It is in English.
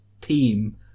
team